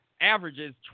averages